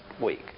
week